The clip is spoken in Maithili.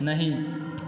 नहि